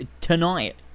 tonight